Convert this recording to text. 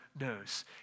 knows